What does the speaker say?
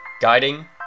guiding